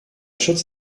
schutz